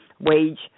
wage